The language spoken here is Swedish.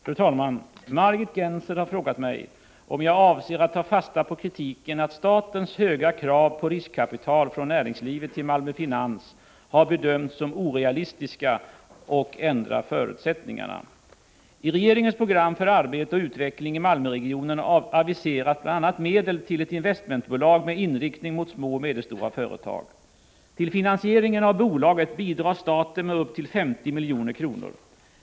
Fru talman! Margit Gennser har frågat mig om jag avser att ta fasta på kritiken att statens höga krav på riskkapital från näringslivet till Malmö Finans har bedömts som orealistiska och ändra förutsättningarna. I regeringens program för arbete och utveckling i Malmöregionen aviseras bl.a. medel till ett investmentbolag med inriktning mot små och medelstora företag. Till finansieringen av bolaget bidrar staten med upp till 50 milj.kr.